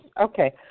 Okay